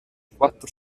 quattro